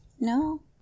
No